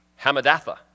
Hamadatha